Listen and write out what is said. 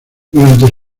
durante